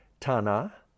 Tana